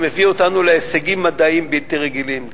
הביאו אותנו להישגים מדעיים בלתי רגילים,